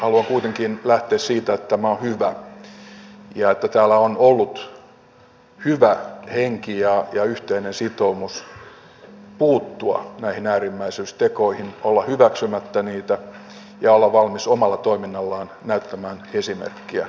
haluan kuitenkin lähteä siitä että tämä on hyvä ja että täällä on ollut hyvä henki ja yhteinen sitoumus puuttua näihin äärimmäisyystekoihin olla hyväksymättä niitä ja olla valmis omalla toiminnallaan näyttämään esimerkkiä